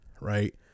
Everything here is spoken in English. right